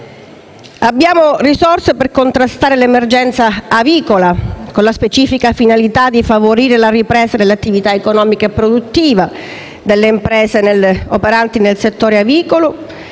Abbiamo risorse per contrastare l'emergenza avicola, con la specifica finalità di favorire la ripresa dell'attività economica e produttiva delle imprese operanti nel settore avicolo,